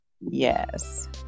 yes